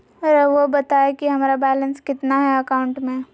रहुआ बताएं कि हमारा बैलेंस कितना है अकाउंट में?